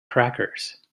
crackers